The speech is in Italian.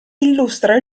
illustra